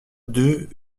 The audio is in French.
deux